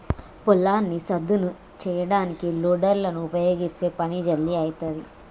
పొలాన్ని సదును చేయడానికి లోడర్ లను ఉపయీగిస్తే పని జల్దీ అయితది